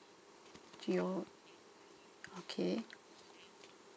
G O okay